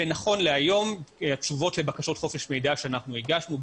ונכון להיום התשובות לבקשות חופש מידע שאנחנו הגשנו,